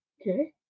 okay